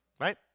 Right